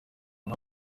nka